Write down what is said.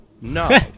No